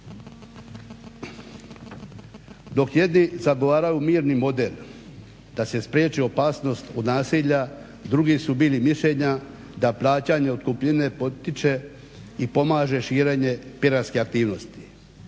Dok jedni zagovaraju mirni model da se spriječi opasnost od nasilja, drugi su bili mišljenja da plaćanje otkupnine potiče i pomaže širenje piratske aktivnosti.